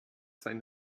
sein